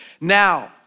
Now